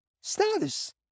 status